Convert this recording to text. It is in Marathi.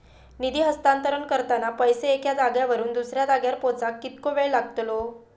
निधी हस्तांतरण करताना पैसे एक्या जाग्यावरून दुसऱ्या जाग्यार पोचाक कितको वेळ लागतलो?